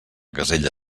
casella